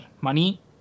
money